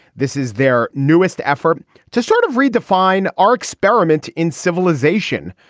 this is their newest effort to sort of redefine our experiment in civilization.